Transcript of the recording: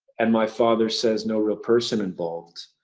and my father says, no real person involved.